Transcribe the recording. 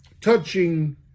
touching